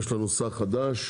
יש לנו שר חדש,